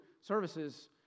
services